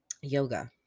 Yoga